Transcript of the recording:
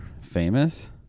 famous